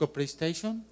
PlayStation